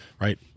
Right